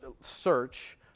search